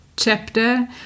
chapter